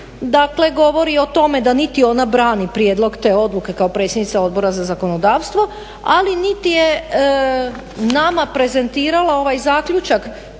dakle govori o tome da niti ona brani prijedlog te odluke kao predsjednica Odbora za zakonodavstvo, ali niti je nama prezentirala ovaj zaključak